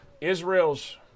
Israel's